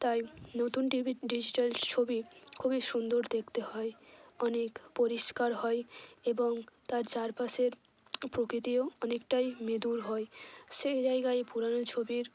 তাই নতুন TV digital ছবি খুবই সুন্দর দেখতে হয় অনেক পরিষ্কার হয় এবং তার চারপাশের প্রকৃতিও অনেকটাই মধুর হয় সেই জায়গায় পুরনো ছবির